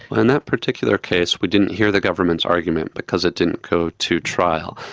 but in that particular case we didn't hear the government's argument because it didn't go to trial,